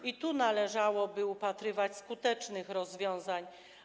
W tym należałoby upatrywać skutecznych rozwiązań.